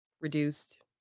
reduced